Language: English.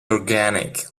organic